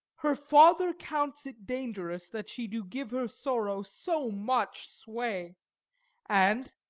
her father counts it dangerous that she do give her sorrow so much sway and,